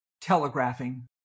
telegraphing